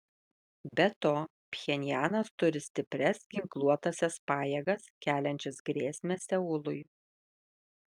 be to pchenjanas turi stiprias ginkluotąsias pajėgas keliančias grėsmę seului